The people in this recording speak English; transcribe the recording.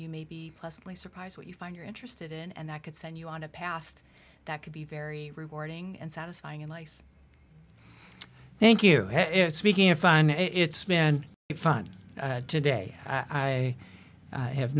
you may be pleasantly surprised what you find you're interested in and that could send you on a path that could be very rewarding and satisfying in life thank you it's speaking of fun it's been fun today i have